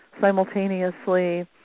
simultaneously